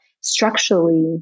structurally